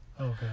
Okay